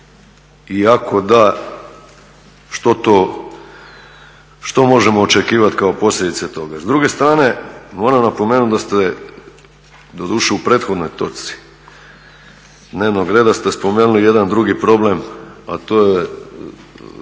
da što to, što možemo očekivati kao posljedica toga? S druge strane moram napomenuti da ste doduše u prethodnoj točci dnevnog reda ste spomenuli jedan drugi problem, a to je